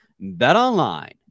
BetOnline